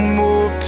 more